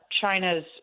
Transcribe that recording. China's